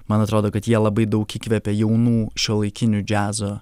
man atrodo kad jie labai daug įkvepia jaunų šiuolaikinių džiazo